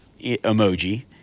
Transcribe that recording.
emoji